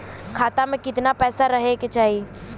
खाता में कितना पैसा रहे के चाही?